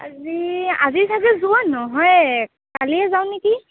আজি আজি চাগে যোৱা নহয়েই কাইলৈয়ে যাওঁ নেকি